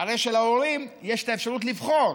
הרי שלהורים יש את האפשרות לבחור